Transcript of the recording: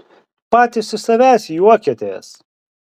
patys iš savęs juokiatės